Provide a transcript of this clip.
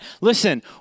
Listen